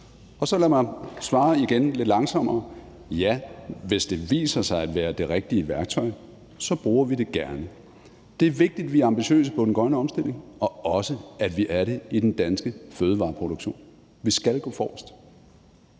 Så lad mig svare på det igen, lidt langsommere: Ja, hvis det viser sig at være det rigtige værktøj, bruger vi det gerne. Det er vigtigt, at vi er ambitiøse på den grønne omstilling, og også, at vi er det i den danske fødevareproduktion. Vi skal gå forrest.